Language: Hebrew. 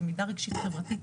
למידה רגשית-חברתית.